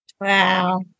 Wow